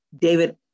David